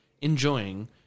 enjoying